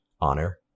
honor